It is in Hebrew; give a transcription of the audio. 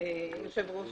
שהיושב ראש